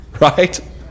Right